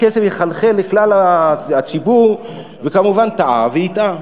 הכסף יחלחל לכלל הציבור, וכמובן טעה והטעה.